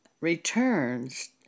returns